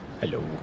Hello